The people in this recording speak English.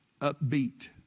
upbeat